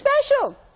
special